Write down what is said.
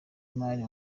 mari